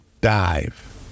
dive